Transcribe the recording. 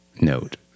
note